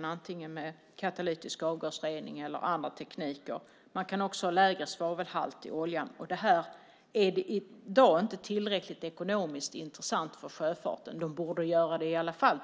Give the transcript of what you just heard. Det kan ske antingen med katalytisk avgasrening eller med andra tekniker. Man kan också ha lägre svavelhalt i oljan. Detta är i dag inte tillräckligt ekonomiskt intressant för sjöfarten. Jag tycker att de borde göra det i alla fall.